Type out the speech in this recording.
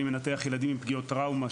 אני מנתח ילדים עם פגיעות טראומה,